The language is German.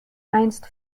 einst